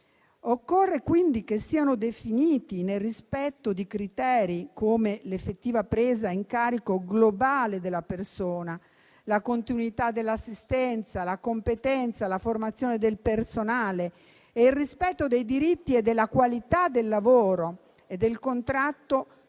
Occorre, quindi, che siano definiti nel rispetto di criteri quali l'effettiva presa in carico globale della persona, la continuità dell'assistenza, la competenza, la formazione del personale, il rispetto dei diritti e della qualità del lavoro e del contratto